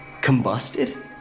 Combusted